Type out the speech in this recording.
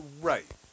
Right